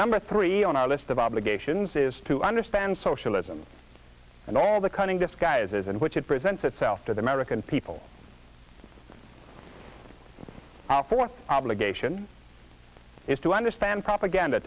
number three on our list of obligations is to understand socialism and all the cunning disguises in which it presents itself to the american people for obligation is to understand propaganda